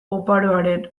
oparoaren